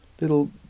little